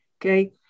Okay